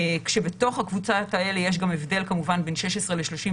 כשבתוך הקבוצות האלה יש גם הבדל כמובן בין 16 39,